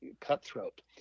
cutthroat